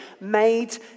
made